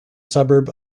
suburb